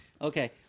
Okay